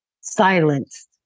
silenced